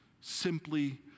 simply